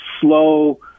slow